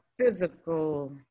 physical